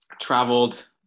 traveled